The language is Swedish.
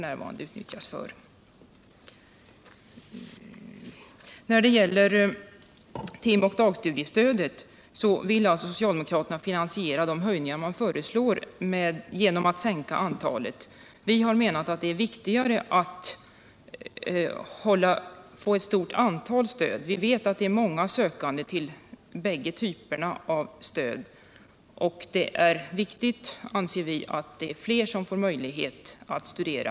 När det gäller timoch dagstudiestödet vill alltså socialdemokraterna finansiera de höjningar som de föreslår genom att sänka antalet, medan vi har menat att det är viktigare att lämna stöd till ett större antal studerande. Vi vet att det är många sökande till bägge typerna av stöd, och det är viktigt, anser vi, att fler får möjlighet att studera.